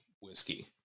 whiskey